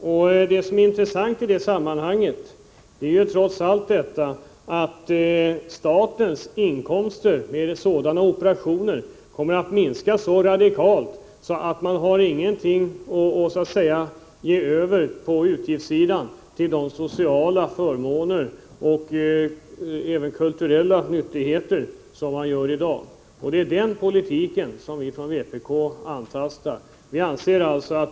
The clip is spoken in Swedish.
Och det som i sammanhanget är intressant är att statens inkomster vid sådana operationer kommer att minska så radikalt att man på utgiftssidan inte får någonting över till de sociala förmåner och även kulturella nyttigheter som vi i dag har. Det är den politiken vi från vpk angriper.